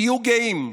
תהיו גאים,